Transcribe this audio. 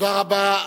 תודה רבה.